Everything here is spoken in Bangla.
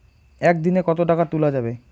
একদিন এ কতো টাকা তুলা যাবে?